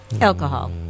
Alcohol